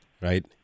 Right